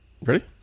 ready